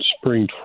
spring